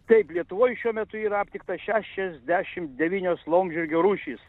taip lietuvoj šiuo metu yra aptikta šešiasdešim devynios laumžirgio rūšys